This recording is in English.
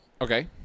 Okay